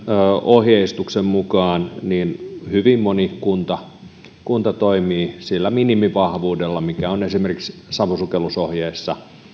ohjeistuksen mukaan hyvin moni kunta kunta toimii sillä minimivahvuudella mikä on esimerkiksi savusukellusohjeessa